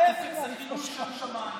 ההפך זה חילול שם שמיים.